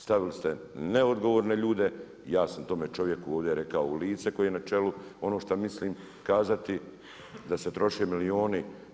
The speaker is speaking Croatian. Stavili ste neodgovorne ljude i ja sam tome čovjeku rekao u lice koji je na čelu ono što mislim kazati da se troše milijuni.